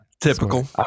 Typical